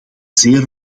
zeer